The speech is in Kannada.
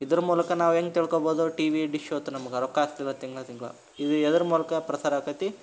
ಇದ್ರ ಮೂಲಕ ನಾವು ಹೇಗ್ ತಿಳ್ಕೊಬೋದು ಟಿವಿ ಡಿಶ್ಶು ಅಥ್ವ ನಮ್ಗೆ ರೊಕ್ಕ ಹಾಕ್ತಿವಿ ತಿಂಗಳು ತಿಂಗಳು ಇದು ಯಾವುದ್ರ್ ಮೂಲಕ ಪ್ರಸಾರ ಆಗ್ತದೆ